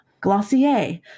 Glossier